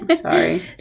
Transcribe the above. sorry